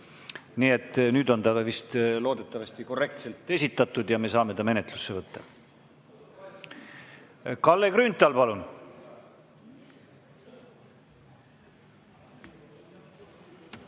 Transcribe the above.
Nii et nüüd on ta loodetavasti korrektselt esitatud ja me saame ta menetlusse võtta. Kalle Grünthal, palun!